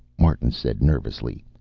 martin said nervously.